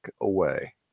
away